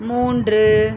மூன்று